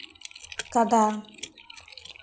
ᱠᱟᱫᱟ